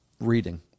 reading